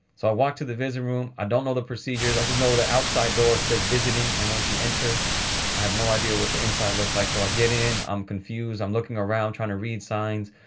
so walk to the visiting room. i don't know the procedures. i just know the outside door says visiting and, once you enter, i have no idea what the inside looks like. so, i get in, i'm confused. i'm looking around trying to read signs.